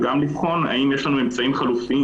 וגם לבחון אם יש לנו אמצעים חלופיים,